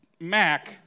Mac